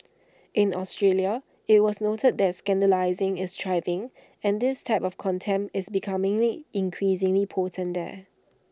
in Australia IT was noted that scandalising is thriving and this type of contempt is becomingly increasingly potent there